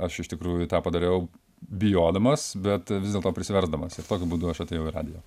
aš iš tikrųjų tą padariau bijodamas bet vis dėlto prisiversdamas ir tokiu būdu aš atėjau į radiją